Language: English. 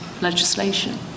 legislation